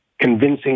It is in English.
convincing